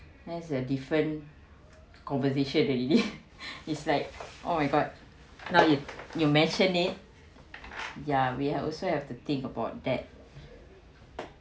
there's a different conversation already is like oh my god now you you mention it ya we also have to think about that